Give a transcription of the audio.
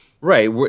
Right